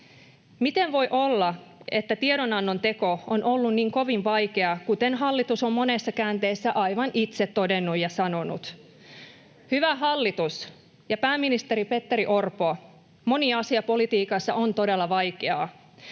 Miten voi olla, että tiedonannon teko on ollut niin kovin vaikeaa, kuten hallitus on monessa käänteessä aivan itse todennut ja sanonut? Hyvä hallitus ja pääministeri Petteri Orpo, moni asia politiikassa on todella vaikea.